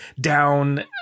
down